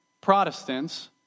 Protestants